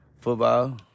Football